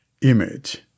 image